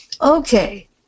Okay